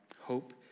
hope